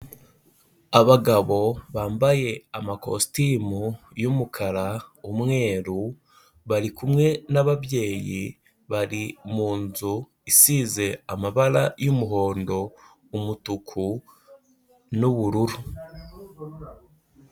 abagabo bambaye amakositimu y'umukara, umweru, bari kumwe n'ababyeyi, bari mu nzu isize amabara y'umuhondo, umutuku n'ubururu.